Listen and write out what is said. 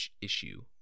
issue